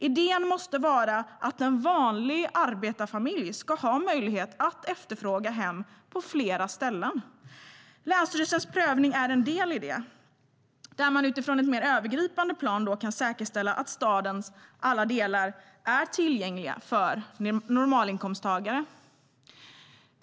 Idén måste vara att en vanlig arbetarfamilj ska ha möjlighet att efterfråga hem på flera ställen. Länsstyrelsens prövning är en del i det. Där kan man utifrån ett mer övergripande plan säkerställa att stadens alla delar är tillgängliga för normalinkomsttagare.